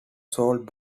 sold